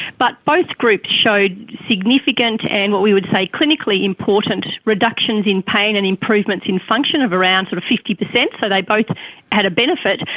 but both groups showed significant and what we would say clinically important reductions in pain and improvements in function of around sort of fifty percent. so they both had a benefit,